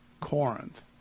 Corinth